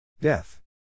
Death